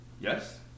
yes